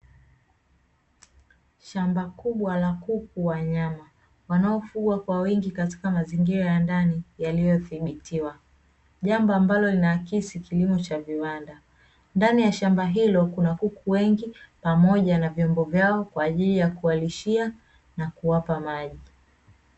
Shamba kubwa la kuku wa nyama wanaofugwa kwa wingi katika mazingira ya ndani yaliyodhibitiwa inayoakisi ukulima wa viwanda ndani ya shamba hilo kuna kuku wengi pamoja na vyombo vyao kwa ajili ya kuwalishia na kuwapa maji.